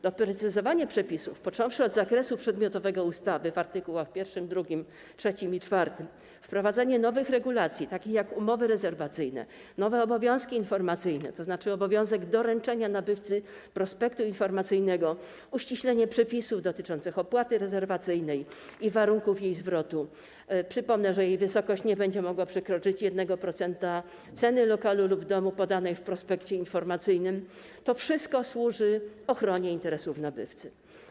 Doprecyzowanie przepisów, począwszy od zakresu przedmiotowego ustawy w art. 1, 2, 3 i 4, wprowadzenie nowych regulacji, takich jak umowy rezerwacyjne, nowe obowiązki informacyjne, tj. obowiązek doręczenia nabywcy prospektu informacyjnego, i uściślenie przepisów dotyczących opłaty rezerwacyjnej i warunków jej zwrotu - przypomnę, że jej wysokość nie będzie mogła przekroczyć 1% ceny lokalu lub domu podanej w prospekcie informacyjnym - to wszystko służy ochronie interesów nabywcy.